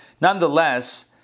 Nonetheless